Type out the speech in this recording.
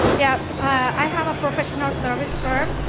yeah, i have a professional service firm.